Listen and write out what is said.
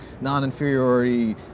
non-inferiority